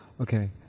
Okay